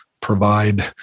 provide